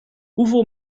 hoeveel